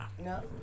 No